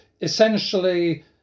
Essentially